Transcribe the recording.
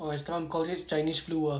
or some called this chinese flu ah